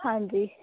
ਹਾਂਜੀ